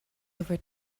over